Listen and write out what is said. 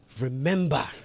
Remember